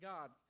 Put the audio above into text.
God